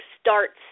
starts